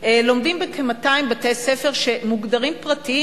לומדים בכ-200 בתי-ספר שמוגדרים פרטיים.